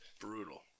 brutal